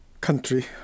country